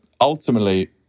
Ultimately